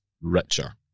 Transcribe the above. richer